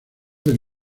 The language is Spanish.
del